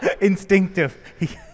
Instinctive